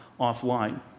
offline